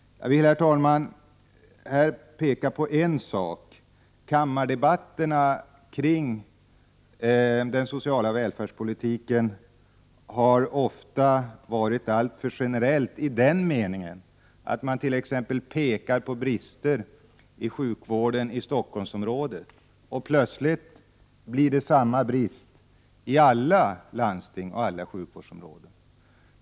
Jag vill, herr talman, här peka på en sak. Kammardebatterna kring den sociala välfärdspolitiken har ofta varit alltför generella i den meningen att man t.ex. pekar på brister i sjukvården i Stockholmsområdet, och plötsligt blir det samma brist i alla landsting och alla sjukvårdsområden.